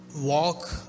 walk